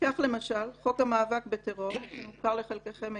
כך למשל חוק המאבק בטרור, המוכר לחלקכם היטב,